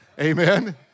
amen